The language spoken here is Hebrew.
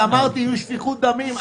ואמרתי: תהיה שפיכות דמים.